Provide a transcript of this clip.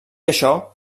això